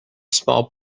small